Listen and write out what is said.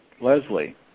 Leslie